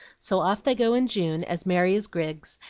so off they go in june, as merry as grigs,